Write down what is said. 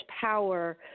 power